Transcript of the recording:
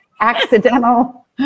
accidental